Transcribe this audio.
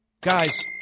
Guys